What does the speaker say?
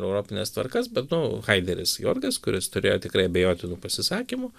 europines tvarkas bet nu haideris jorgas kuris turėjo tikrai abejotinų pasisakymų